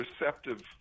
receptive